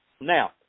Now